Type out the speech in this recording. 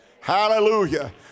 Hallelujah